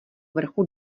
vrchu